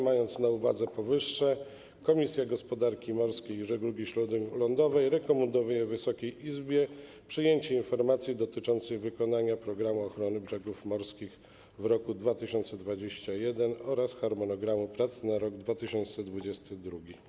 Mając na uwadze powyższe, Komisja Gospodarki Morskiej i Żeglugi Śródlądowej rekomenduje Wysokiej Izbie przyjęcie informacji dotyczącej wykonania ˝Programu ochrony brzegów morskich˝ w roku 2021 oraz harmonogramu prac na rok 2022.